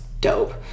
dope